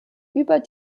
über